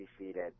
defeated